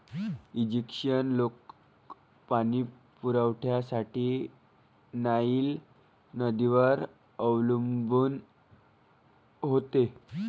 Egyptian लोक पाणी पुरवठ्यासाठी नाईल नदीवर अवलंबून होते